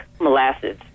molasses